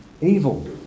evil